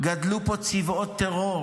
גדלו פה צבאות טרור